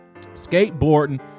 Skateboarding